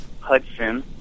Hudson